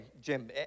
Jim